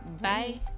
bye